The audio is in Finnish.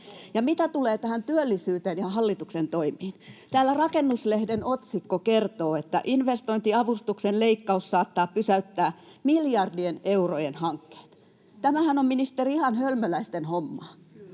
Mitä tulee tähän työllisyyteen ja hallituksen toimiin: Täällä Rakennuslehden otsikko kertoo, että investointiavustuksen leikkaus saattaa pysäyttää miljardien eurojen hankkeet. Tämähän on, ministeri, ihan hölmöläisten hommaa.